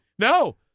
No